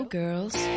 girls